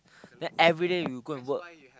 then everyday you go and work